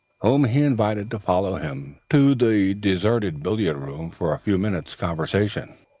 whom he invited to follow him to the deserted billiard-room for a few minutes' conversation.